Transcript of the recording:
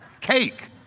cake